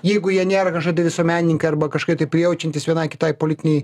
jeigu jie nėra kašo tai visuomenininkai arba kašokie tai prijaučiantys vienai kitai politinei